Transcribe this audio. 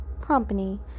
company